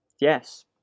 yes